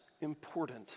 important